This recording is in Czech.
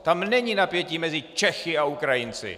Tam není napětí mezi Čechy a Ukrajinci!